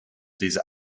deze